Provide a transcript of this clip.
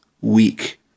week